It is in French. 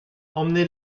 emmenez